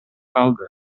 калды